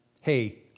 hey